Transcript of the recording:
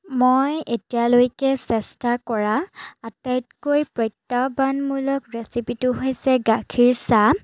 মই এতিয়ালৈকে চেষ্টা কৰা আটাইতকৈ প্ৰত্যাহ্বানমূলক ৰেচিপিটো হৈছে গাখীৰ চাহ